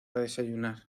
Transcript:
desayunar